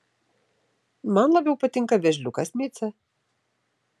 man labiau patinka vėžliukas micė